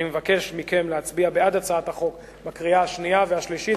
אני מבקש מכם להצביע בעד הצעת החוק בקריאה שנייה ובקריאה שלישית.